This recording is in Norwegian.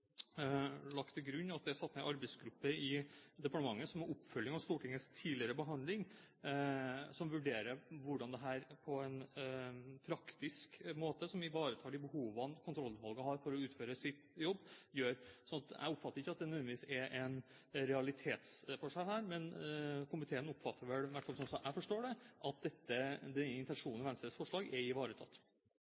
lagt til grunn at det er satt ned en arbeidsgruppe i departementet som oppfølging av Stortingets tidligere behandling, som vurderer hvordan dette på en praktisk måte kan gjøres, og som ivaretar de behovene kontrollutvalget har for å utføre sin jobb. Jeg oppfatter ikke at det nødvendigvis er en realitetsforskjell her, men komiteen oppfatter vel – i hvert fall slik jeg forstår det – at intensjonen